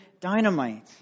dynamite